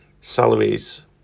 salaries